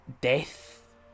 death